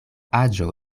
aĝo